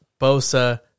Bosa